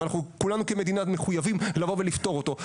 וכולנו כמדינה מחויבים לבוא ולפתור אותו.